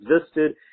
existed